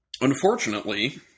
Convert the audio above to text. unfortunately